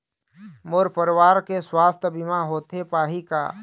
मोर परवार के सुवास्थ बीमा होथे पाही का?